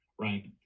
right